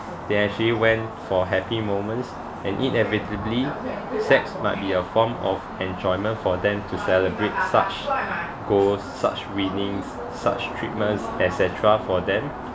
they actually went for happy moments and inevitably sex might be a form of enjoyment for them to celebrate such goals such winnings such treatments et cetera for them